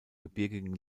gebirgigen